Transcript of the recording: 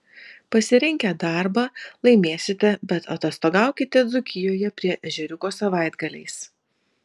pasirinkę darbą laimėsite bet atostogaukite dzūkijoje prie ežeriuko savaitgaliais